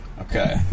Okay